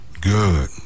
Good